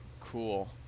cool